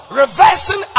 reversing